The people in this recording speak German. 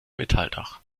metalldach